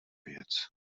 věc